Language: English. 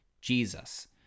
Jesus